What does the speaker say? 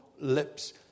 lips